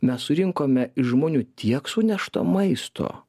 mes surinkome iš žmonių tiek sunešto maisto